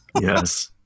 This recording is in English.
Yes